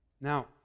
Now